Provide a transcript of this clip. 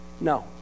No